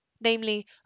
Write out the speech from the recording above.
namely